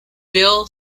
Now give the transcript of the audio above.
bill